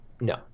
no